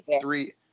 three